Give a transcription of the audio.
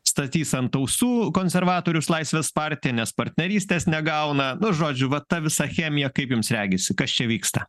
statys ant ausų konservatorius laisvės partija nes partnerystės negauna nu žodžių va ta visa chemija kaip jums regisi kas čia vyksta